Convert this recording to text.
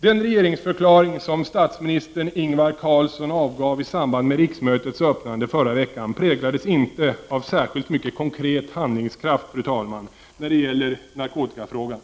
talman! Den regeringsförklaring som statsminister Ingvar Carlsson avgav i samband med riksmötets öppnande förra veckan präglades inte av särskilt mycket konkret handlingskraft när det gäller narkotikafrågan.